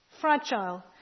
fragile